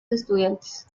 estudiantes